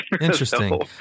Interesting